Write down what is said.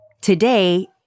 Today